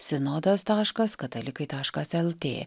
sinodas taškas katalikai taškas el tė